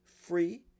free